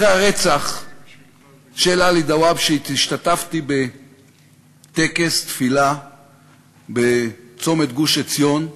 אחרי הרצח של עלי דוואבשה השתתפתי בטקס תפילה בצומת גוש-עציון לזכרו.